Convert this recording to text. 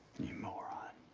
you moron.